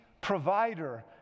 provider